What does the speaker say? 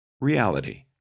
reality